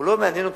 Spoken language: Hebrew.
לא מעניין אותו,